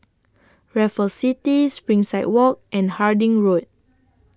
Raffles City Springside Walk and Harding Road